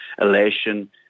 elation